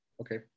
Okay